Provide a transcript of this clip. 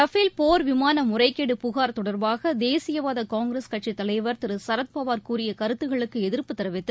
Rafale போர் விமான முறைகேடு புகார் தொடர்பாக தேசியவாத காங்கிரஸ் கட்சி தலைவர் திரு சரத்பவார் கூறிய கருத்துக்களுக்கு எதிர்ப்பு தெரிவித்து